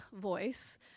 voice